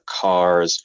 cars